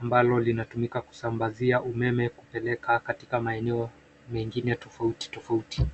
ambalo linatumika kusambaza umeme kuelekea sehemu tofauti tofauti.